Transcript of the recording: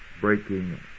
breaking